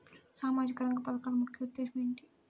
సామాజిక రంగ పథకాల ముఖ్య ఉద్దేశం ఏమిటీ?